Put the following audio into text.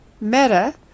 META